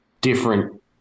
different